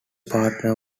partner